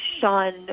shun